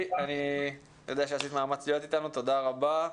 אני יודע שעשית מאמץ להיות איתנו ותודה רבה.